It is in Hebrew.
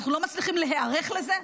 אנחנו לא מצליחים להיערך לזה.